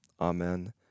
amen